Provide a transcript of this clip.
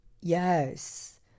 Yes